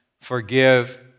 forgive